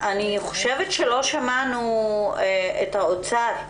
מבקשת לשמוע את האוצר,